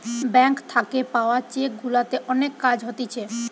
bank থাকে পাওয়া cheque গুলাতে অনেক কাজ হতিছে